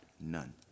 none